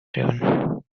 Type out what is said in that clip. driven